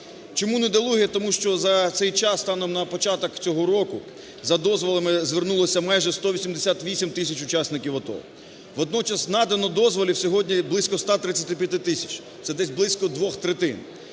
Чому недолуге? Тому що за цей час, станом на початок цього року, за дозволами звернулося майже 188 тисяч учасників АТО. Водночас надано дозволів сьогодні близько 135 тисяч, це десь близько двох третин.